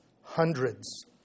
hundreds